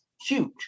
huge